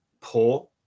poor